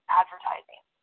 advertising